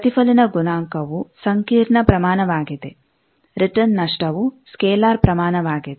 ಪ್ರತಿಫಲನ ಗುಣಾಂಕವು ಸಂಕೀರ್ಣ ಪ್ರಮಾಣವಾಗಿದೆ ರಿಟರ್ನ್ ನಷ್ಟವು ಸ್ಕೇಲಾರ್ ಪ್ರಮಾಣವಾಗಿದೆ